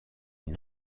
une